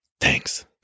Thanks